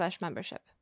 membership